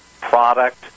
product